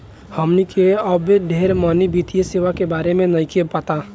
हमनी के अबो ढेर मनी वित्तीय सेवा के बारे में नइखे पता